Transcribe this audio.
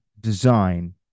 design